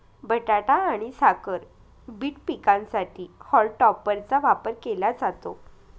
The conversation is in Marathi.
बटाटा आणि साखर बीट पिकांसाठी हॉल टॉपरचा वापर केला जातो